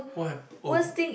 what hap~ oh